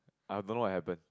I don't know what happen